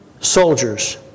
soldiers